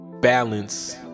balance